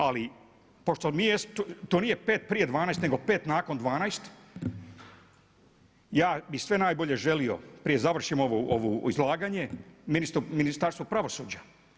Ali pošto nije 5 prije 12 nego 5 nakon 12 ja bih sve najbolje želio prije završim ovo izlaganje Ministarstvo pravosuđa.